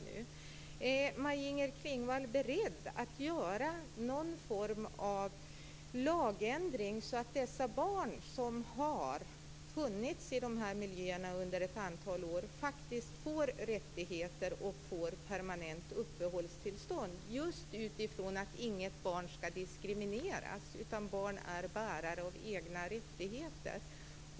Är Maj-Inger Klingvall beredd att göra någon form av lagändring som faktiskt ger rättigheter till de barn som har funnits i de här miljöerna under ett antal år? Kan de få permanent uppehållstillstånd utifrån att inget barn skall diskrimineras och att barn är bärare av egna rättigheter?